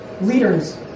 leaders